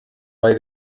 bei